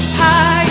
high